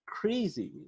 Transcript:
crazy